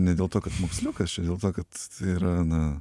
ne dėl to kad moksliukas čia dėl to kad yra na